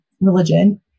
religion